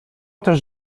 też